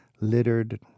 littered